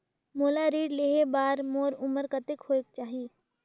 मोला ऋण लेहे बार मोर उमर कतेक होवेक चाही?